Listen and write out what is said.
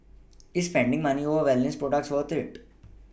is spending money on wellness products worth it